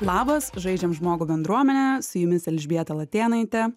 labas žaidžiam žmogų bendruomene su jumis elžbieta latėnaitė